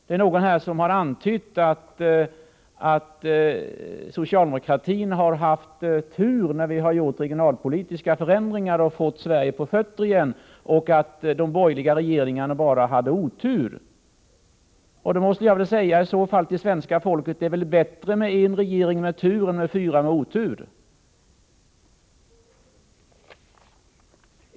Det är någon som har antytt att socialdemokratin har haft tur när den gjort regionalpolitiska förändringar och fått Sverige på fötter igen och att de borgerliga regeringarna bara hade otur. Då måste jag säga att det i så fall är bättre för svenska folket med en regering med tur än fyra regeringar med otur.